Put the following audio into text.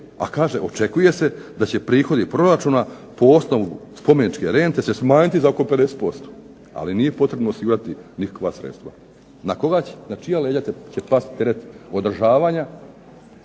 a kaže očekuje se da će prihodi proračuna po osnovu spomeničke rente se smanjiti za oko 50%., ali nije potrebno osigurati nikakva sredstva. Na koga će, na čija leđa će pasti teret održavanja